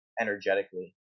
energetically